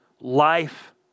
life